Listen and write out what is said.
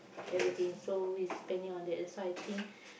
everything so we spending on that's why I think